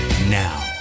now